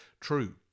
true